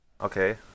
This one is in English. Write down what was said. Okay